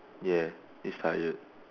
ya it's tired